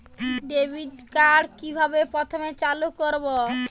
Debit card কিভাবে প্রথমে চালু করব?